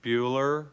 Bueller